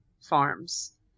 farms